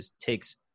takes